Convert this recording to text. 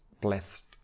Blessed